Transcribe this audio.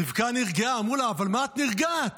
רבקה נרגעה.